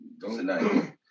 tonight